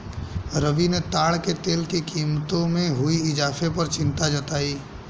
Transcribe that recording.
रवि ने ताड़ के तेल की कीमतों में हुए इजाफे पर चिंता जताई